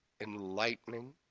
enlightening